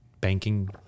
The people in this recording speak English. banking